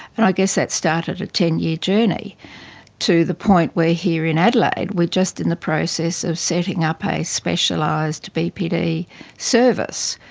and i guess that started a ten year journey to the point where here in adelaide we are just in the process of setting up a specialised bpd service,